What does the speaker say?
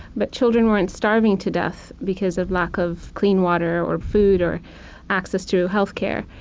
but children weren't starving to death because of lack of clean water, or food, or access to health care.